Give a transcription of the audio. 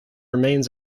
remains